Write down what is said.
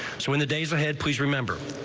so in the days ahead please remember.